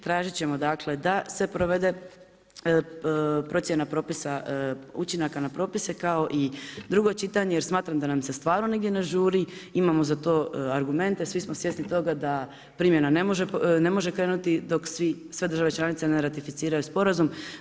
Tražiti ćemo dakle, da se provede procjena propisa učinaka na propise kao i drugo čitanje, jer smatram da nam se stvarno nigdje ne žuri, imamo za to argumente, svi smo svjesni toga da primjena ne može krenuti dok sve države članice ne ratificiraju sporazum.